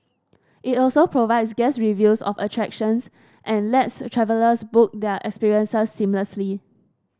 it also provides guest reviews of attractions and lets travellers book their experiences seamlessly